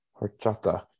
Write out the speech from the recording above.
horchata